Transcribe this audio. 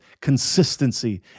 Consistency